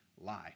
lie